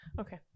okay